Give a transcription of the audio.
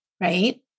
right